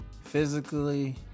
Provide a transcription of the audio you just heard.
physically